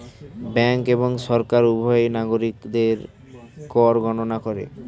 bank এবং সরকার উভয়ই নাগরিকদের কর গণনা করে